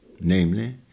namely